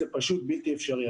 זה פשוט בלתי אפשרי.